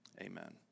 amen